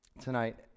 tonight